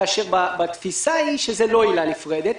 כאשר התפיסה היא שזו לא עילה נפרדת,